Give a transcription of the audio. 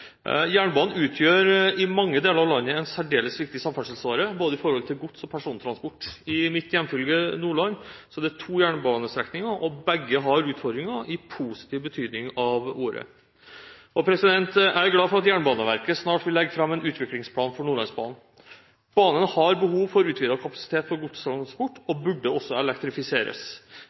Jernbanen utgjør i mange deler av landet en særdeles viktig samferdselsåre, i forhold til både godstransport og persontransport. I mitt hjemfylke, Nordland, er det to jernbanestrekninger, og begge har utfordringer i positiv betydning av ordet. Jeg er glad for at Jernbaneverket snart vil legge fram en utviklingsplan for Nordlandsbanen. Banen har behov for utvidet kapasitet for godstransport og burde også elektrifiseres.